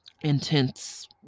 intense